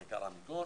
מנכ"ל עמיגור